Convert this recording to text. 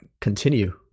continue